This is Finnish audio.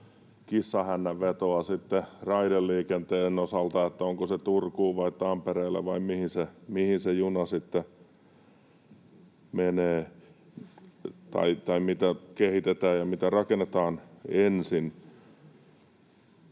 kissanhännänvetoa raideliikenteen osalta, onko se Turkuun vai Tampereelle vai mihin se juna sitten menee, tai mitä kehitetään ja mitä rakennetaan ensin.